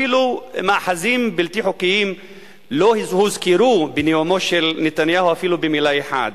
אפילו מאחזים בלתי חוקיים לא הוזכרו בנאומו של נתניהו אפילו במלה אחת.